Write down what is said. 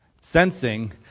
Sensing